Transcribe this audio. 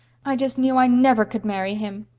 i just knew i never could marry him.